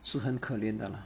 是很可怜的 lah